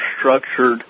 structured